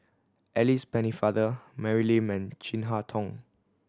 Alice Pennefather Mary Lim and Chin Harn Tong